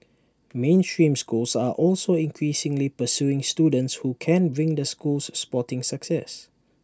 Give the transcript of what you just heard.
mainstream schools are also increasingly pursuing students who can bring their schools sporting success